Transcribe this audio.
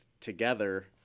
together